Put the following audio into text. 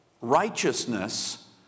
righteousness